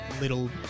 little